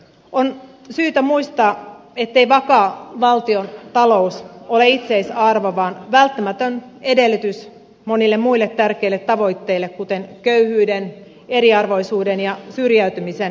on syytä muistaa ettei vakaa valtiontalous ole itseisarvo vaan välttämätön edellytys monille muille tärkeille tavoitteille kuten köyhyyden eriarvoisuuden ja syrjäytymisen vähentämiselle